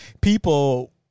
people